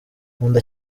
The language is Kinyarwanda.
nkunda